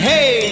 Hey